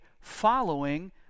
following